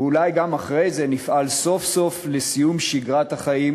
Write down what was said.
ואולי גם אחרי זה נפעל סוף-סוף לסיום שגרת החיים